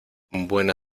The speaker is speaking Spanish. buena